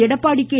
Edappadi K